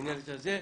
מינהלת הזה.